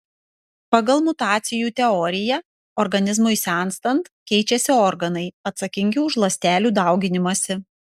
pagal mutacijų teoriją organizmui senstant keičiasi organai atsakingi už ląstelių dauginimąsi